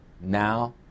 now